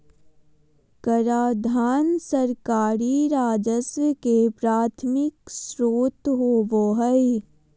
कराधान सरकारी राजस्व के प्राथमिक स्रोत होबो हइ